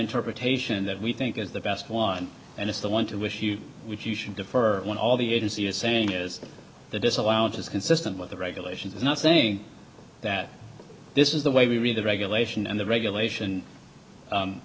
interpretation that we think is the best one and it's the one to wish you would you should defer when all the agency is saying is the disallowed as consistent with the regulations is not saying that this is the way we read the regulation and the regulation